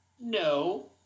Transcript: No